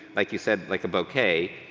like you said, like a bouquet,